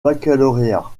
baccalauréat